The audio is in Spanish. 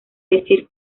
decir